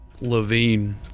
Levine